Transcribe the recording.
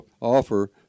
offer